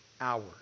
hours